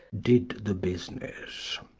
did the business.